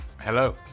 Hello